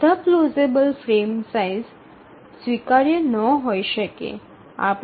બધા plausible frame size સ્વીકાર્ય ન હોઈ શકે